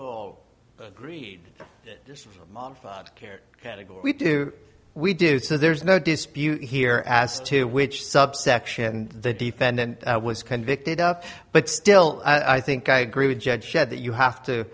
care we do we do so there's no dispute here as to which subsection the defendant was convicted of but still i think i agree with judge said that you have to